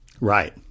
Right